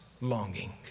longing